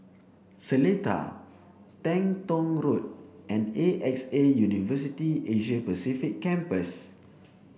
Seletar Teng Tong Road and A X A University Asia Pacific Campus